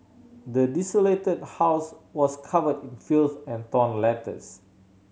the desolated house was covered in filth and torn letters